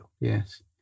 Yes